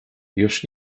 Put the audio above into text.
już